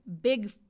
big